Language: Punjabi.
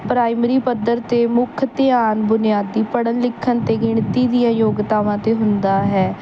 ਪ੍ਰਾਇਮਰੀ ਪੱਧਰ 'ਤੇ ਮੁੱਖ ਧਿਆਨ ਬੁਨਿਆਦੀ ਪੜ੍ਹਨ ਲਿਖਣ ਅਤੇ ਗਿਣਤੀ ਦੀਆਂ ਯੋਗਤਾਵਾਂ 'ਤੇ ਹੁੰਦਾ ਹੈ